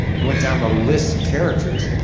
he went down the list of characters,